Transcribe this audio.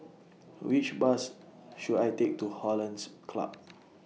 Which Bus should I Take to Hollandse Club